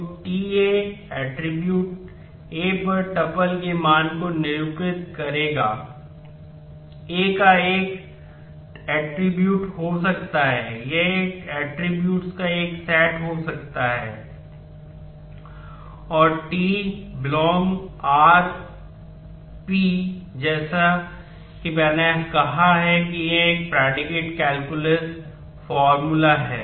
तो जो ट्यूपल्स है